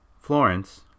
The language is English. Florence